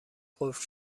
قفل